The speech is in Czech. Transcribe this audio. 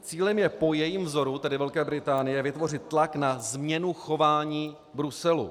Cílem je po jejím vzoru, tedy Velké Británie, vytvořit tlak na změnu chování Bruselu.